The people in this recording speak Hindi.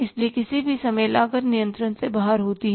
इसलिए किसी भी समय लागत नियंत्रण से बाहर होती है